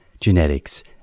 genetics